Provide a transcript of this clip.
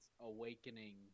awakening